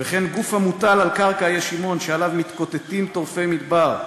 וכן גוף המוטל על קרקע ישימון שעליו מתקוטטים טורפי מדבר".